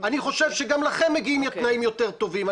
אני חושב שגם לכם מגיעים תנאים יותר טובים,